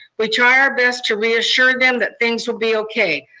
we try our best to reassure them that things will be okay,